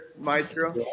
Maestro